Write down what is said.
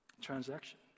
transaction